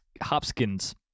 Hopkins